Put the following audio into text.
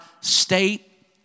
state